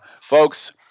folks